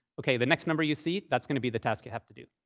ok. the next number you see, that's going to be the task you have to do.